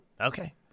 Okay